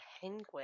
Penguin